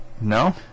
No